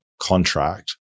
contract